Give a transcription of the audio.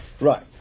Right